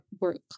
work